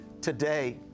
today